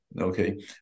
okay